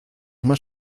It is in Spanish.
más